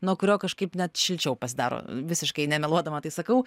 nuo kurio kažkaip net šilčiau pasidaro visiškai nemeluodama tai sakau